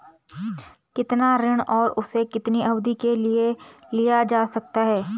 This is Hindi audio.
कितना ऋण और उसे कितनी अवधि के लिए लिया जा सकता है?